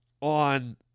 on